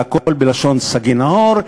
והכול בלשון סגי נהור,